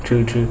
true true